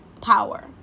power